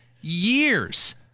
years